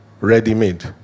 ready-made